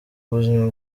ubuzima